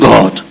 God